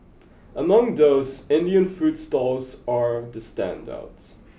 among those Indian food stalls are the standouts